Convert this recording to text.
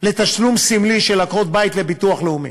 לתשלום סמלי של עקרות-בית לביטוח לאומי.